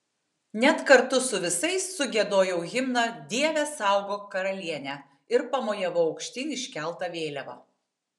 net kartu su visais sugiedojau himną dieve saugok karalienę ir pamojavau aukštyn iškelta vėliava